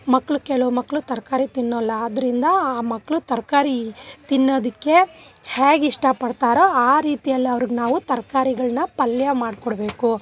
ಮಕ್ಕಳು ಕೆಲವು ಮಕ್ಕಳು ತರಕಾರಿ ತಿನ್ನೋಲ್ಲ ಆದ್ರಿಂದ ಆ ಮಕ್ಕಳು ತರಕಾರಿ ತಿನ್ನೋದಕ್ಕೆ ಹೇಗಿಷ್ಟ ಪಡ್ತಾರೋ ಆ ರೀತಿಯಲ್ಲಿ ಅವ್ರ್ಗೆ ನಾವು ತರಕಾರಿಗಳ್ನ ಪಲ್ಯ ಮಾಡ್ಕೊಡಬೇಕು